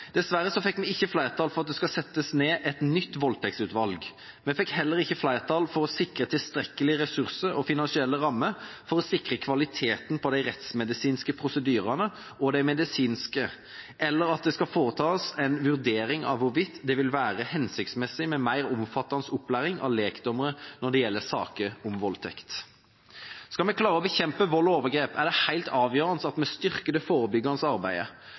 Dessverre fikk vi ikke flertall for at det skal nedsettes et nytt voldtektsutvalg. Vi fikk heller ikke flertall for å sikre tilstrekkelige ressurser og finansielle rammer for å sikre kvaliteten på de rettsmedisinske og medisinske prosedyrene, eller at det skal foretas en vurdering av hvorvidt det vil være hensiktsmessig med mer omfattende opplæring av lekdommere når det gjelder saker om voldtekt. Skal vi klare å bekjempe vold og overgrep, er det helt avgjørende at vi styrker det forebyggende arbeidet.